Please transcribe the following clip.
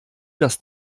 dass